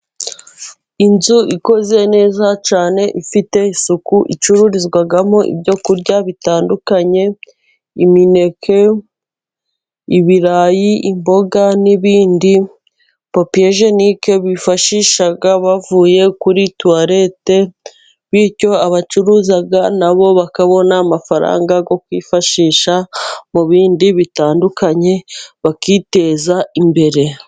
Inzu ikoze neza cyane ifite isuku. Icururizwamo ibyo kurya bitandukanye. Imineke, ibirayi, imboga n'ibindi. Papiyejenike bifashisha bavuye kuri tuwalete. Bityo abacuruza na bo bakabona amafaranga yo kwifashisha mu bindi bitandukanye bakiteza imbere.